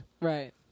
Right